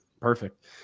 perfect